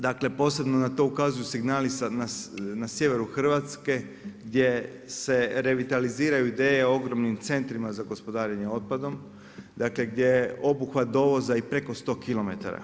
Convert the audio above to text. Dakle, posebno na to ukazuju signali na sjeveru Hrvatske gdje se revitaliziraju ideje ogromnim centrima za gospodarenje otpadom, dakle gdje je obuhvat dovoza i preko 100 km.